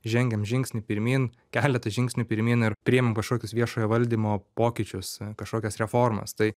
žengiam žingsnį pirmyn keletą žingsnių pirmyn ir priimam kažkokius viešojo valdymo pokyčius kažkokias reformas tai